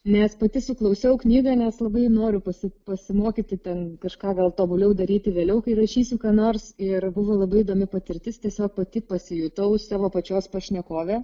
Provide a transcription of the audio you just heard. nes pati suklausiau knygą nes labai noriu pasi pasimokyti ten kažką gal tobuliau daryti vėliau kai rašysiu ką nors ir buvo labai įdomi patirtis tiesiog pati pasijutau savo pačios pašnekovė